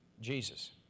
Jesus